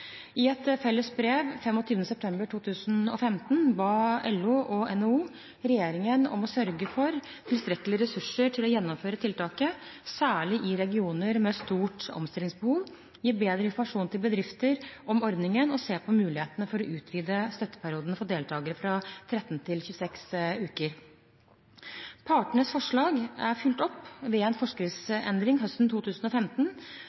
I et felles brev 25. september 2015 ba LO og NHO regjeringen om å sørge for tilstrekkelige ressurser til å gjennomføre tiltaket, særlig i regioner med stort omstillingsbehov, gi bedre informasjon til bedrifter om ordningen og se på mulighetene for å utvide støtteperioden for deltakere fra 13 til 26 uker. Partenes forslag er fulgt opp ved en